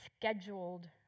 scheduled